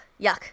yuck